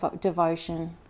devotion